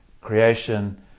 creation